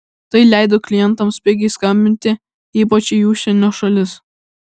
tai leido klientams pigiai skambinti ypač į užsienio šalis